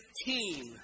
team